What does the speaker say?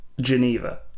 Geneva